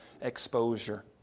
exposure